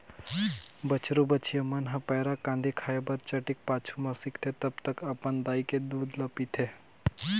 बछरु बछिया मन ह पैरा, कांदी खाए बर चटिक पाछू में सीखथे तब तक अपन दाई के दूद ल पीथे